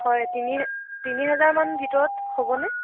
হয় তিনি তিনি হাজাৰমান ভিতৰত হ'বনে